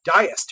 diest